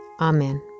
Amen